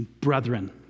brethren